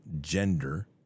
gender